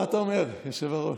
מה אתה אומר, היושב-ראש?